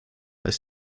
ist